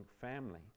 family